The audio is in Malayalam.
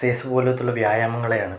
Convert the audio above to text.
എക്സൈസ് പോലത്തുള്ള വ്യായാമങ്ങളെയാണ്